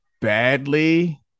badly